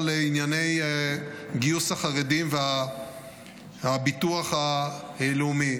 לענייני גיוס החרדים והביטוח הלאומי,